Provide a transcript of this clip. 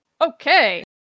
Okay